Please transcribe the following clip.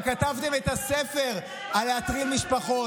אתם כתבתם את הספר על להטריד משפחות.